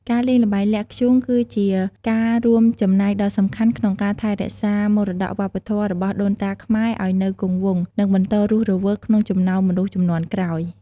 ការលេងល្បែងលាក់ធ្យូង គឺជាការរួមចំណែកដ៏សំខាន់ក្នុងការ ថែរក្សាមរតកវប្បធម៌ របស់ដូនតាខ្មែរឲ្យនៅគង់វង្ស និងបន្តរស់រវើកក្នុងចំណោមមនុស្សជំនាន់ក្រោយ។